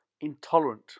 intolerant